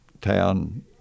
town